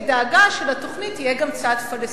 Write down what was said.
היא דאגה שלתוכנית יהיה גם צד פלסטיני,